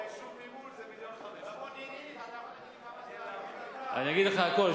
וביישוב ממול זה 1.5 מיליון אני אגיד לך הכול,